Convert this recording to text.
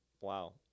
wow